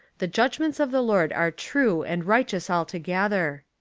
the judgments of the lord are true and righteous altogether